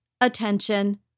Attention